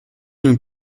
nun